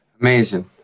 Amazing